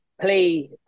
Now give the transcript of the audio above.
play